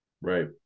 Right